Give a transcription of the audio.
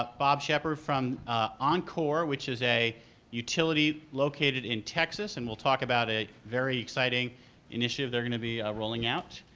ah bob shapard from oncor, which is a utility located in texas, and will talk about a very exciting initiative they're going to be rolling out.